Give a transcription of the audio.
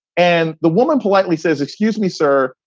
and the woman politely says, excuse me, sir,